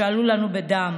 שעלו לנו בדם?